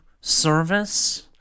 service